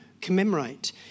commemorate